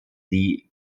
die